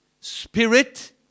spirit